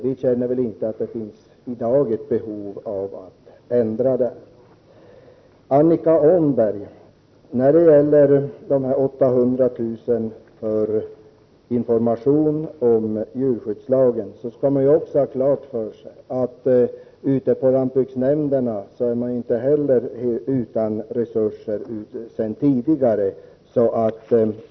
Vi känner inte att det i dag finns ett behov av att ändra det. När det gäller de 800 000 kronorna för information om djurskyddslagen, Annika Åhnberg, skall man också ha klart för sig att lantbruksnämnderna inte heller är utan resurser sedan tidigare.